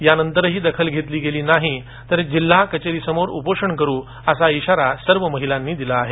या नंतरही दखल घेतली नाही तर जिल्हा कचेरीसमोर उपोषण करू असा इशारा सर्व महिलांनी दिला आहे